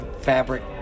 fabric